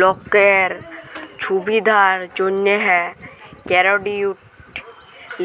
লকের ছুবিধার জ্যনহে কেরডিট